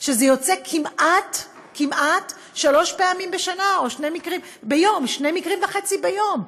זה יוצא כמעט שלוש פעמים, או שני מקרים וחצי ביום.